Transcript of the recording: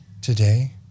Today